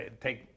Take